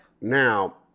Now